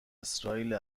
اسرائیل